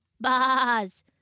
buzz